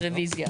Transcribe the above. רביזיה.